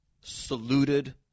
saluted